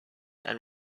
and